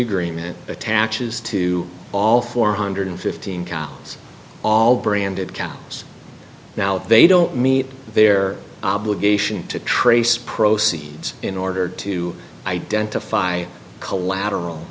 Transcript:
agreement attaches to all four hundred fifteen cows all branded gas now they don't meet their obligation to trace proceeds in order to identify collateral